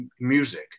music